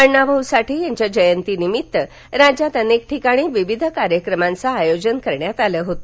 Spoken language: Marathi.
अण्णाभाऊ साठे यांच्या जयंतीनिमित्त राज्यात अनेक ठिकाणी विविध कार्यक्रमांच आयोजन करण्यात आलं होतं